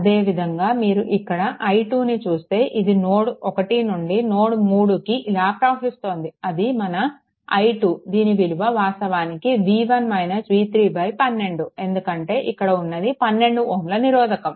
అదేవిధంగా మీరు ఇక్కడ i 2 చూస్తే ఇది నోడ్ 1 నుండి నోడ్3కి ఇలా ప్రవహిస్తోంది ఇది మన i2 దీని విలువ వాస్తవానికి 12 ఎందుకంటే ఇక్కడ ఉన్నది 12 Ωల నిరోధకం